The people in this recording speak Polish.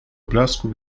blasku